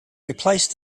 replace